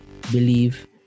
believe